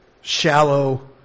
shallow